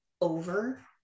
over